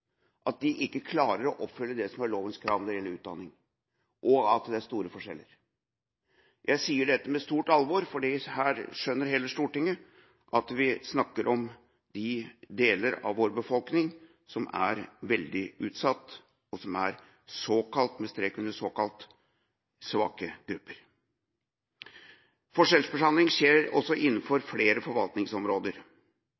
ikke klarer å oppfylle det som er lovens krav når det gjelder utdanning, og at det er store forskjeller. Jeg sier dette med stort alvor, for her skjønner hele Stortinget at vi snakker om de deler av vår befolkning som er veldig utsatt, og som er såkalt – med strek under såkalt – svake grupper. Forskjellsbehandling skjer også innenfor